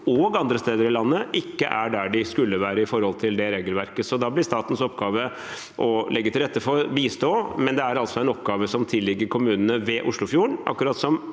og andre steder i landet ikke er der de skal være i forhold til det regelverket. Da blir statens oppgave å legge til rette og bistå, men det er altså en oppgave som tilligger kommunene ved Oslofjorden, akkurat som